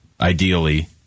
ideally